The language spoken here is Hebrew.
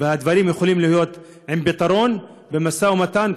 והדברים יכולים להיות עם פתרון ומשא-ומתן.